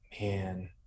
Man